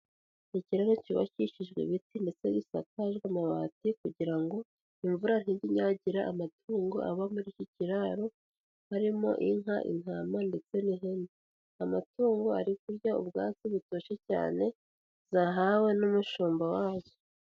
Ikiraro cyubakishijwe ibiti ndetse gisakajwe amabati, kugira ngo imvura ntijye inyagira amatungo aba muri iki kiraro harimo: inka, intama, ndetse n'ihene. Amatungo ari kurya ubwatsi butoshye cyane zahawe n'umushumba wazo.